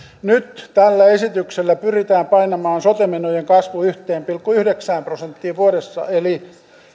nyt tällä esityksellä pyritään painamaan sote menojen kasvu yhteen pilkku yhdeksään prosenttiin vuodessa eli